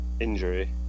injury